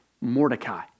Mordecai